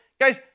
guys